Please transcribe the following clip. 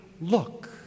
look